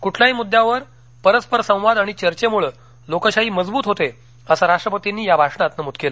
कुठल्याही मुद्द्यावर परस्पर संवाद आणि चर्चेमुळे लोकशाही मजबूत होते असं राष्ट्रपतींनी या भाषणात नमूद केलं